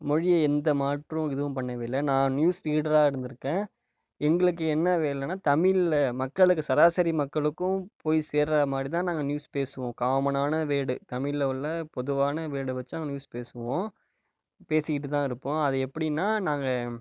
மொழியை எந்த மாற்றும் இதுவும் பண்ணவில்லை நான் நியூஸ் ரீடராக இருந்திருக்கேன் எங்களுக்கு என்ன வேலைனா தமிழில் மக்களுக்கு சராசரி மக்களுக்கும் போய் சேர்கிற மாதிரி தான் நாங்கள் நியூஸ் பேசுவோம் காமனான வேர்டு தமிழில் உள்ள பொதுவான வேர்டை வெச்சு தான் நாங்கள் நியூஸ் பேசுவோம் பேசிகிட்டு தான் இருப்போம் அது எப்படின்னா நாங்கள்